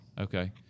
Okay